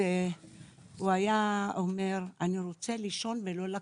הוא היה אומר: אני רוצה לישון ולא לקום.